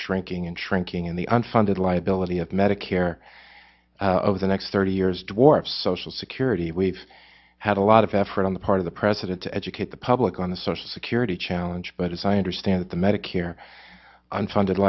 shrinking and shrinking in the unfunded liability of medicare over the next thirty years dwarf social security we've had a lot of effort on the part of the president to educate the public on the social security challenge but as i understand it the medicare unfunded